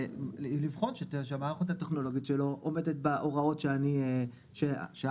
לבחון שהמערכת הטכנולוגית שלו עומדת בהוראות שהרשות